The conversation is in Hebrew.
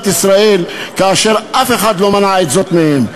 ישראל כאשר אף אחד לא מנע את זאת מהם.